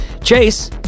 Chase